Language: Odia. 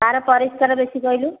କାହାର ପରିଷ୍କାର ବେଶି କହିଲୁ